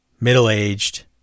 middle-aged